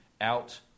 out